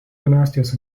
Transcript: dinastijos